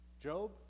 Job